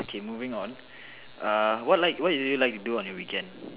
okay moving on err what like what do you usually like to do on the weekend